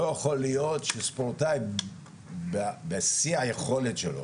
שלא יכול להיות שספורטאי בשיא היכולת שלו,